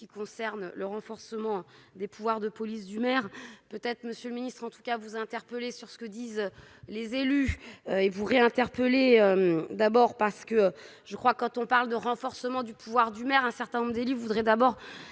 concernent le renforcement des pouvoirs de police du maire peut-être monsieur le ministre, en tout cas vous interpeller sur ce que disent. Les élus et pourrait interpellés d'abord parce que je crois, quand on parle de renforcement du pouvoir du maire un certain nombre lits voudrait d'abord